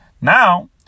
now